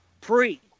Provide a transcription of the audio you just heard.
Pre